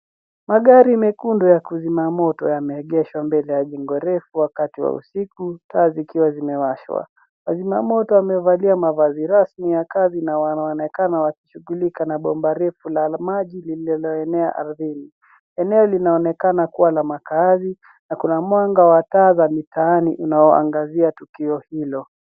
Magari mekundu ya kuzimamoto yameegeshwa mbele ya jengo refu wakati wa usiku taa zikiwa zimewashwa. Wazimamoto wamevalia mavazi rasmi ya kazi na wanaonekana wakishughulika na bomba refu la maji lililoenea majini. Eneo linaonekana kuwa la makaazi na kuna mwanga wa taa za mitaani unaoangazia tukio hilo.